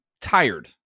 tired